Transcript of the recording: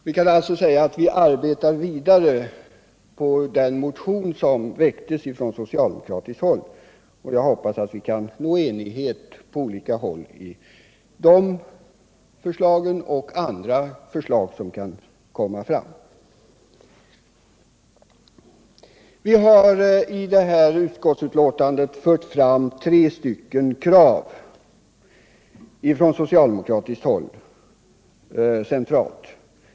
Vi kan alltså säga att vi arbetar vidare på den motion som väckts från socialdemokratiskt håll, och jag hoppas att vi kan nå enighet på olika håll beträffande det förslaget och även andra förslag som kan komma fram. I de här utskottsutlåtandet har vi centralt från socialdemokratiskt håll fört fram tre krav.